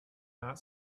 not